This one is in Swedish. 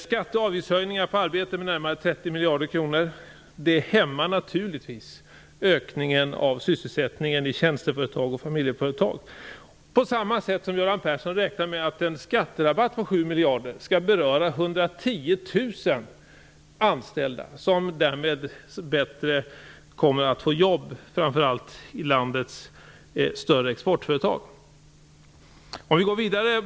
Skatte och avgiftshöjningar på arbete med närmare 30 miljarder kronor hämmar naturligtvis ökningen av sysselsättningen i tjänsteföretag och familjeföretag på samma sätt som Göran Persson räknar med att en skatterabatt på 7 miljarder skall beröra 110 000 anställda, som därmed bättre kommer att få jobb framför allt i landets större exportföretag.